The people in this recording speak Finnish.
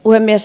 puhemies